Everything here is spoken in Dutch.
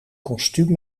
kostuum